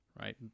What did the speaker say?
right